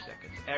seconds